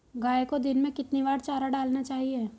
गाय को दिन में कितनी बार चारा डालना चाहिए?